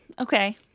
Okay